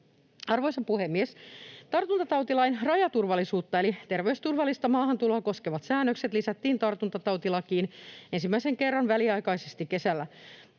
Arvoisa puhemies! Tartuntatautilain rajaturvallisuutta eli terveysturvallista maahantuloa koskevat säännökset lisättiin tartuntatautilakiin ensimmäisen kerran väliaikaisesti kesällä.